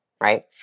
right